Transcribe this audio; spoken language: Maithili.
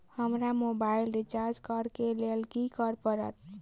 हमरा मोबाइल रिचार्ज करऽ केँ लेल की करऽ पड़त?